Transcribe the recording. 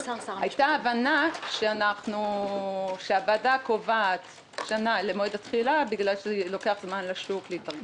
היתה הבנה שהוועדה קובעת שנה למועד התחילה כי לוקח זמן לשוק להתארגן.